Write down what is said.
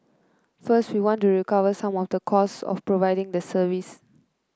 first we want to recover some of the cost of providing the service